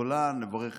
לברך את משפחתה.